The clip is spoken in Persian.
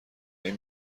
این